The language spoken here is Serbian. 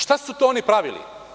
Šta su to oni pravili?